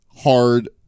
hard